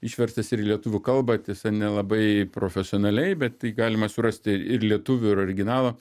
išverstas ir į lietuvių kalbą tiesa nelabai profesionaliai bet tai galima surasti ir lietuvių ir originalo